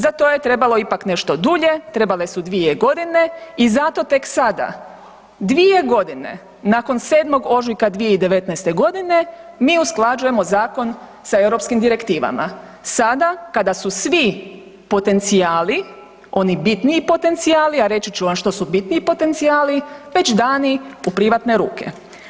Za to je trebalo ipak nešto dulje, trebale su dvije godine i zato tek sada, 2 godine nakon 7. ožujka 2019. godine mi usklađujemo Zakon sa europskim Direktivama, sada kada su svi potencijali, oni bitni potencijali, a reći ću vam što su bitni potencijali, već dani u privatne ruke.